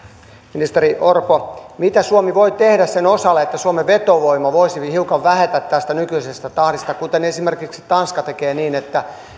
ministeri orpo mitä suomi voi tehdä sen osalle että suomen vetovoima voisi hiukan vähetä tästä nykyisestä tahdista esimerkiksi tanska tekee niin että